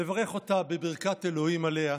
לברך אותה בברכת אלוהים עליה,